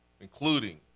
including